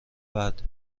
بعد